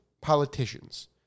politicians